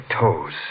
toes